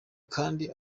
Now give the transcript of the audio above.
kandi